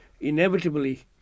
inevitably